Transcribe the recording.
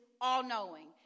all-knowing